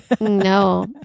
No